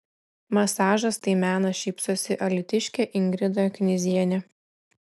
masažas tai menas šypsosi alytiškė ingrida knyzienė